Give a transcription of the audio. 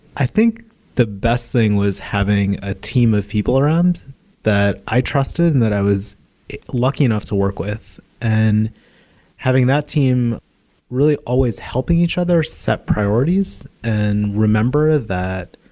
i think the best thing was having a team of people around that i trusted and that i was lucky enough to work with. and having that team really always helping each other set priorities and remember that